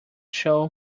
show